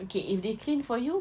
okay if they clean for you